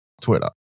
Twitter